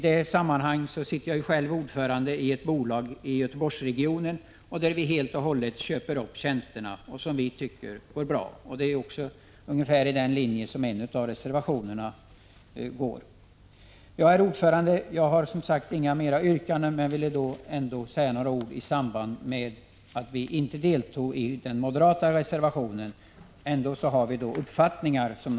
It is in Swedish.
I detta sammanhang kan jag nämna att jag sitter ordförande i ett bolag i Göteborgsregionen som helt och hållet köper upp tjänsterna. Vi tycker att det går bra. Det är ungefär denna linje som förespråkas i en av reservationerna. Herr talman! Jag har som sagt inga fler yrkanden, men jag ville ändå säga några ord med anledning av att vi inte har anslutit oss till den moderata reservationen. Vi har naturligtvis en uppfattning i frågan.